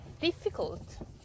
difficult